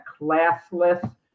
classless